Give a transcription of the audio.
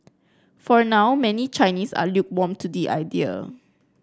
for now many Chinese are lukewarm to the idea